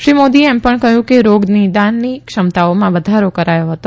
શ્રી મોદીએ એમ પણ કહથું કે રોગનિદાનની ક્ષમતાઓમાં વધારો કરાયો હતો